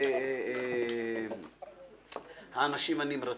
האנשים הנמרצים.